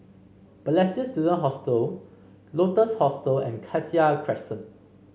Balestier Student Hostel Lotus Hostel and Cassia Crescent